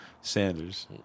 Sanders